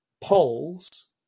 polls